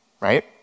right